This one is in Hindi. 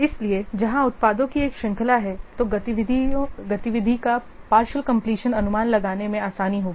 इसलिए जहां उत्पादों की एक श्रृंखला है तो गतिविधि का पार्षइल कंप्लीशन अनुमान लगाने में आसानी होगी